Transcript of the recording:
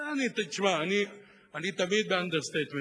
39. תשמע, אני תמיד באנדרסטייטמנט.